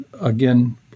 again